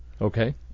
Okay